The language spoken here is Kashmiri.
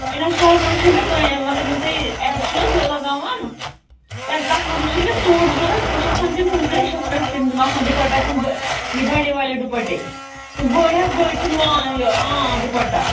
اِنَسٹاہَس پیٚٹھ وُچھیَے مےٚ تۄہہِ مَطلب یِم تۄہہِ ایٚڈ چھِنہٕ حظ لگاوان تَمہِ تَتھ منٛز وُچھیے مےٚ سوٗٹ زٕ ژور حظ تِم چھِ آسان تِم یِم کرٛیشیس پیٚٹھ تِم تِم آسان تِم ڈُپَٹا تِم بَڑے والے ڈُپَٹیے تِم بٔڈۍ حظ بٔڈۍ تِم لاں آں آں ڈُپَٹا